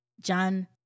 John